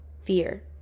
fear